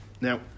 Now